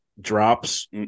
drops